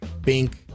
bink